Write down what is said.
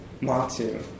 Matsu